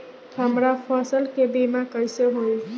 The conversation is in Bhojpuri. हमरा फसल के बीमा कैसे होई?